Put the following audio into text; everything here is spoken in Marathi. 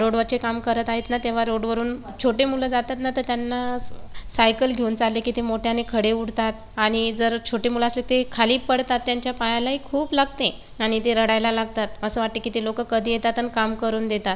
रोडवरचे काम करत आहेत ना तेव्हा रोडवरून छोटे मुलं जातात ना तर त्यांना स सायकल घेऊन चालले की ते मोठ्याने खडे उडतात आणि जर छोटे मुलं असले ते खाली पडतात त्यांच्या पायालाही खूप लागते आणि ते रडायला लागतात असं वाटते की ते लोकं कधी येतात आणि काम करून देतात